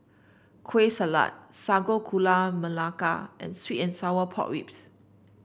Kueh Salat Sago Gula Melaka and sweet and Sour Pork Ribs